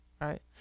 right